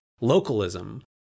localism